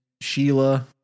Sheila